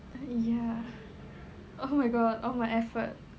err ya oh my god all my effort